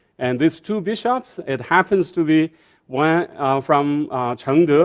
and these two bishops, it happens to be one from chengde, ah